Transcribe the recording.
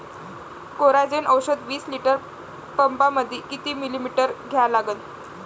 Coragen औषध विस litre पंपामंदी किती मिलीमिटर घ्या लागन?